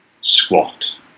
squat